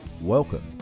Welcome